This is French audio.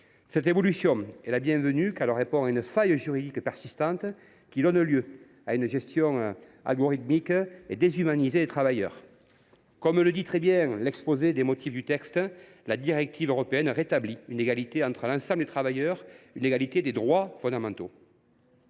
Cette évolution est la bienvenue, car elle répond à une faille juridique persistante, qui donne lieu à une gestion algorithmique et déshumanisée des travailleurs. Comme le disent très bien les auteurs de l’exposé des motifs de la proposition de résolution, la directive européenne rétablit une égalité entre l’ensemble des travailleurs, une égalité des droits fondamentaux.